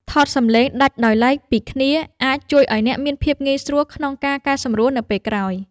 ថតសំឡេងដាច់ដោយឡែកពីគ្នាអាចជួយឱ្យអ្នកមានភាពងាយស្រួលក្នុងការកែសម្រួលនៅពេលក្រោយ។